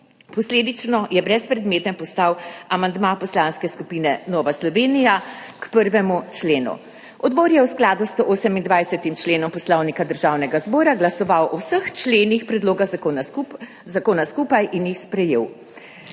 Posledično je brezpredmeten postal amandma Poslanske skupine Nova Slovenija k 1. členu. Odbor je v skladu s 128. členom Poslovnika Državnega zbora glasoval o vseh členih predloga zakona skupaj in jih sprejel.